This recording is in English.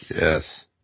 Yes